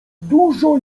dużo